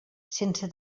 sense